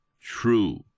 true